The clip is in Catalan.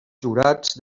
jurats